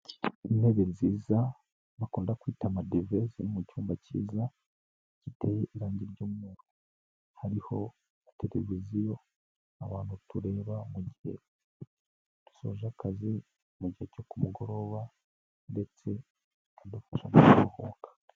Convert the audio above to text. Intebe nziza bakunda kwita amadive, ziri mu cyumba cyiza, giteye irangi ry'umweu, hariho televiziyo abantu tureba mu gihe dusoje akazi, mu gihe cyo ku mugoroba ndetse bikadufasha no kuruhuka.